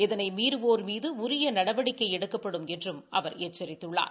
இதனை மீறுவோர் மீது உரிய நடவடிக்கை எடுக்கப்படும் என்றும் அவர் எச்சித்துள்ளார்